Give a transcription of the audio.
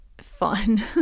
fun